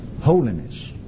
Holiness